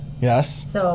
Yes